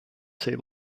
sea